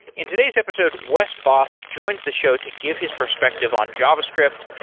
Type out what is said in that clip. in today's episode, wes bos joins the show to give his perspective on javascript,